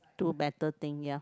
two better thing ya